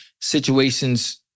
situations